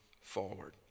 forward